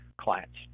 clients